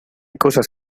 cosas